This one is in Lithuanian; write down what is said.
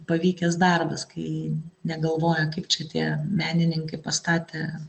pavykęs darbas kai negalvoja kaip čia tie menininkai pastatė